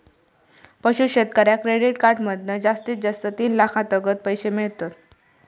पशू शेतकऱ्याक credit card मधना जास्तीत जास्त तीन लाखातागत पैशे मिळतत